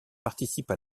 participe